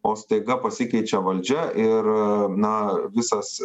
o staiga pasikeičia valdžia ir na visas